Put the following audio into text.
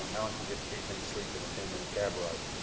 um alan can get eight minutes sleep in a ten minute cab ride.